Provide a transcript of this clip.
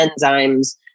enzymes